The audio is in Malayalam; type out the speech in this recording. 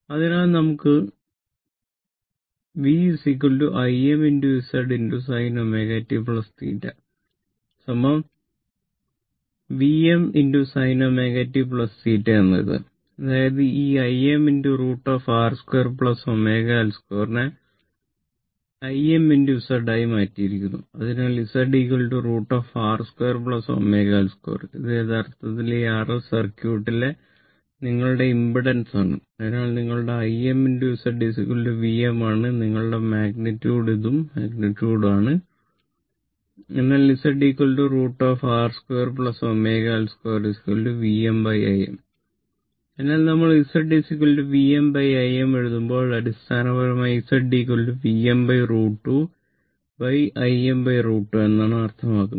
അതിനാൽ നമ്മൾ Z Vm Im എഴുതുമ്പോൾ അടിസ്ഥാനപരമായി Z